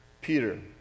Peter